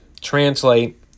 translate